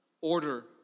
Order